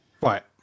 Right